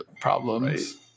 problems